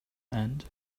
end